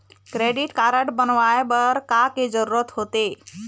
Credit card बनवाए बर का के जरूरत होते?